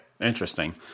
Interesting